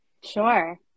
Sure